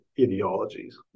ideologies